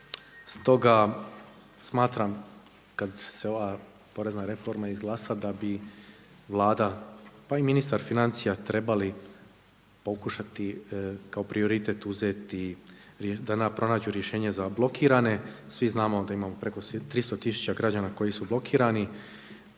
Stoga smatram kad se ova porezna reforma izglasa da bi Vlada, pa i ministar financija trebali pokušati kao prioritet uzeti da nam pronađu rješenja za blokirane. Svi znamo da imamo preko 300 tisuća građana koji su blokirani,